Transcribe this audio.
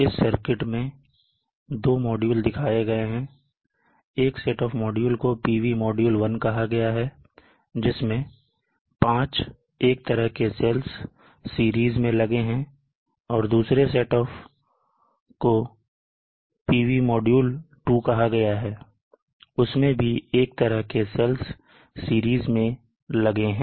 इस सर्किट में 2 मॉड्यूल दिखाए गए हैं एक सेट ऑफ मॉड्यूल को PV मॉड्यूल 1 कहां गया है जिसमें 5 एक तरह के सेल्स सीरीज में लगे हैं और दूसरे सेट ऑफ सेल्स को PV मॉड्यूल 2 कहा गया है उसमें भी एक तरह के सेल्स सीरीज में लगे हैं